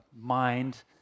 mind